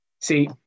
see